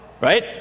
Right